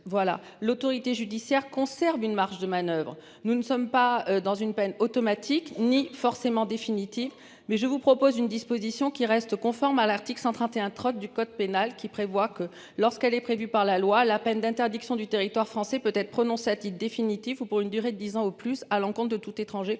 l'autorité judiciaire conserve une marge de manoeuvre. Nous ne sommes pas dans une peine automatique ni forcément définitive mais je vous propose une disposition qui reste conforme à l'article 131 troc du code pénal qui prévoit que lorsqu'elle est prévue par la loi la peine d'interdiction du territoire français peut être prononcée à titre définitif ou pour une durée de 10 ans ou plus à l'compte de tout étranger coupable